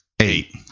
Eight